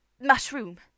Mushroom